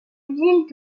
ville